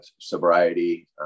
sobriety